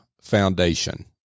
Foundation